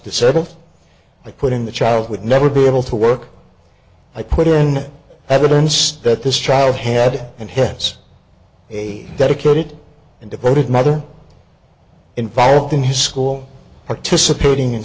by putting the child would never be able to work i put in evidence that this child had and hence a dedicated and devoted mother involved in his school participating in